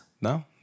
No